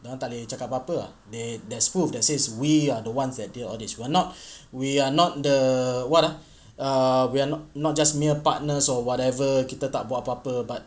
dia orang tak boleh cakap apa-apa ah they there's proof that says we are the ones that take all this we're not we're not the what ah err we are not not just mere partners or whatever kita tak buat apa-apa but